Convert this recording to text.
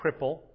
cripple